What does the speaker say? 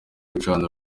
gucana